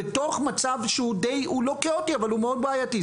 בתוך מצב שהוא לא כאוטי אבל הוא מאוד בעייתי.